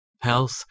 health